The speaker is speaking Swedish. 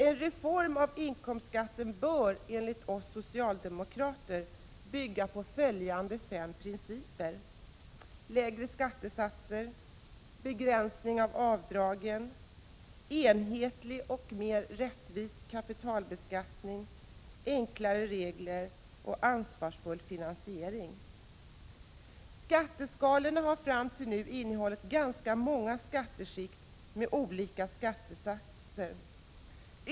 En reform av inkomstskatten bör enligt oss socialdemokrater bygga på följande fem principer: Skatteskalorna har fram till nu innehållit ganska många skatteskikt med olika skattesatser.